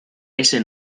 ese